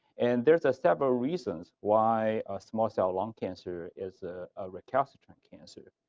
and there is several reasons why small cell lung cancer is ah ah recalcitrant cancer.